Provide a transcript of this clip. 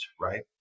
right